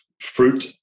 fruit